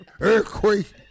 earthquake